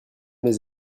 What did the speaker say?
les